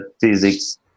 physics